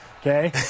Okay